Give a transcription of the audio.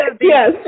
Yes